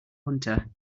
hunter